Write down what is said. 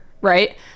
right